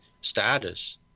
status